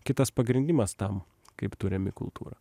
kitas pagrindimas tam kaip tu remi kultūrą